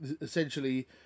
essentially